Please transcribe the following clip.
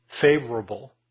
favorable